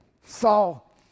Saul